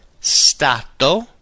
Stato